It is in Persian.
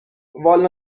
والا